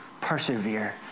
Persevere